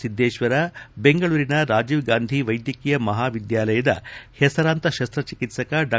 ಸಿದ್ದೇಶ್ವರ ದೆಂಗಳೂರಿನ ರಾಜೀವ್ ಗಾಂಧಿ ವೈದ್ಯಕೀಯ ಮಹಾ ವಿದ್ಯಾಲಯದ ಹೆಸರಾಂತ ಶಸಚಿಕಿತಕ ಡಾ